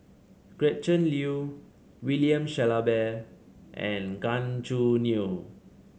Gretchen Liu William Shellabear and Gan Choo Neo